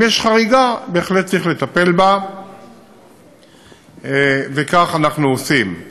אם יש חריגה, בהחלט צריך לטפל בה וכך אנחנו עושים.